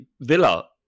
Villa